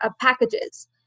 packages